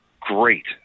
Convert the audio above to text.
Great